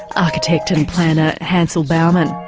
architect and planner hansel bauman.